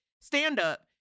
stand-up